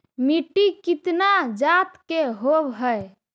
मिट्टी कितना जात के होब हय?